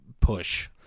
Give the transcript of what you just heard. push